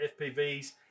FPVs